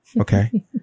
Okay